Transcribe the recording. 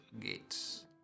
gates